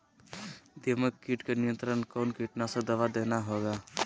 दीमक किट के नियंत्रण कौन कीटनाशक दवा देना होगा?